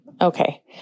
Okay